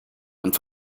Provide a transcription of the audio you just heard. and